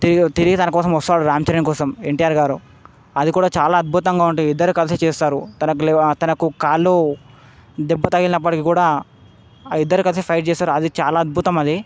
తిరిగి తిరిగి తనకోసం వస్తాడు రామ్ చరణ్ కోసం ఎన్టీఆర్ గారు అది కూడా చాలా అద్భుతంగా ఉంటుంది ఇద్దరు కలిసి చేస్తారు తనకు తనకి కాళ్ళకి దెబ్బ తగిలినప్పటికీ కూడా ఆ ఇద్దరు కలిసి ఫైట్ చేస్తారు అది చాలా అద్భుతం అది